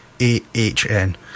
A-H-N